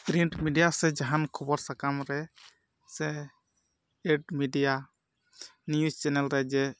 print media ᱥᱮ ᱡᱟᱦᱟᱱ ᱠᱷᱚᱵᱚᱨ ᱥᱟᱠᱟᱢ ᱨᱮ ᱥᱮ ᱮᱴ ᱢᱤᱰᱤᱭᱟ ᱱᱤᱭᱩᱡᱽ ᱪᱮᱱᱮᱞ ᱨᱮ ᱡᱮ